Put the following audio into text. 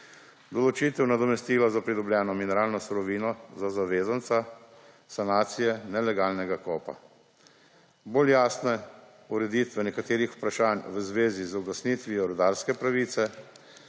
določitev nadomestila za pridobljeno mineralno surovino za zavezanca sanacije nelegalnega kopa, bolj jasne ureditve nekaterih vprašanj v zvezi z ugasnitvijo rudarske pravice,